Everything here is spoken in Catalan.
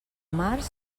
març